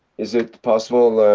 is it possible.